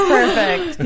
perfect